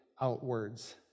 outwards